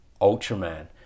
Ultraman